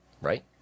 Right